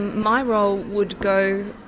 my role would go.